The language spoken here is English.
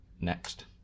next